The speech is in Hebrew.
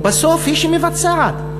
ובסוף היא שמבצעת.